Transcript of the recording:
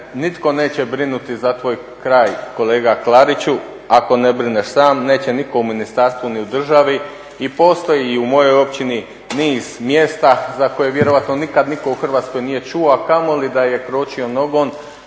nitko neće brinuti za tvoj kraj kolega Klariću ako ne brineš sam. Neće nitko u ministarstvu, ni u državi. I postoji i u mojoj općini niz mjesta za koje vjerojatno nikad nitko u Hrvatskoj nije čuo, a kamoli da je kročio nogom